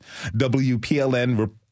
WPLN